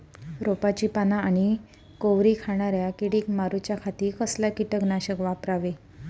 रोपाची पाना आनी कोवरी खाणाऱ्या किडीक मारूच्या खाती कसला किटकनाशक वापरावे?